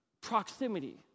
Proximity